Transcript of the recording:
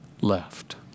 left